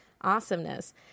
Awesomeness